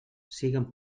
siguen